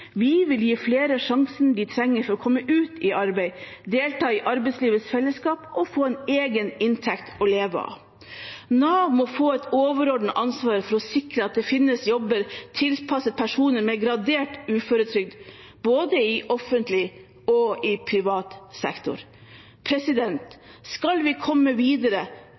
Vi vil gi flere sjansen de trenger for å komme ut i arbeid, delta i arbeidslivets fellesskap og få en egen inntekt å leve av. Nav må få et overordnet ansvar for å sikre at det finnes jobber tilpasset personer med gradert uføretrygd, både i offentlig og i privat sektor. Skal vi komme videre